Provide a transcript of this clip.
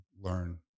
learn